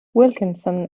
wilkinson